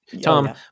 tom